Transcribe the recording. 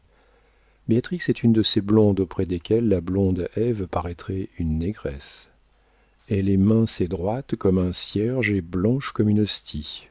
est une de ces blondes auprès desquelles la blonde ève paraîtrait une négresse elle est mince et droite comme un cierge et blanche comme une hostie